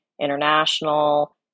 international